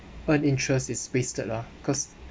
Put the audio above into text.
earn interest is wasted lah cause